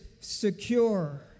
secure